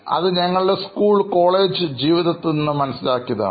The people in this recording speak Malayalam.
അത് ഞങ്ങളുടെ സ്കൂൾ കോളേജ് ജീവിതത്തിൽ നിന്ന് മനസ്സിലാക്കിയതാണ്